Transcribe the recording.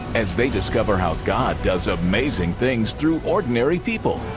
as they discover how god does amazing things through ordinary people.